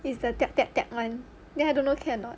is the [one] then I don't know can or not